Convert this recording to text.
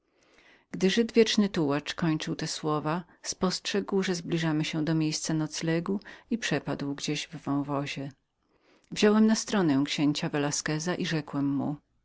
gdy żyd wieczny tułacz kończył te słowa spostrzegł że zbliżaliśmy się do miejsca noclegu i przepadł gdzieś w wąwozie wziąłem na stronę księcia velasqueza i rzekłem